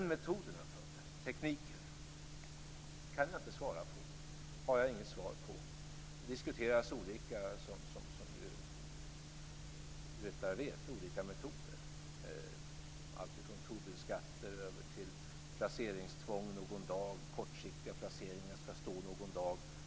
Jag tror att Chile har infört en sådan reglering redan. Det finns olika uppslag. Jag är beredd att fördomsfritt och öppet diskutera varje sådant uppslag.